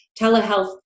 telehealth